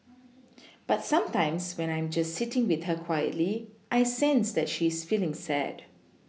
but sometimes when I am just sitting with her quietly I sense that she is feeling sad